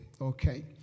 Okay